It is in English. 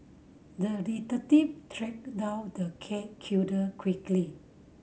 the detective tracked down the cat killer quickly